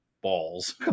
balls